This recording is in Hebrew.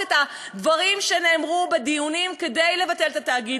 את הדברים שנאמרו בדיונים כדי לבטל את התאגיד.